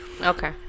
okay